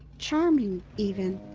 charming, even.